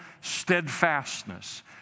steadfastness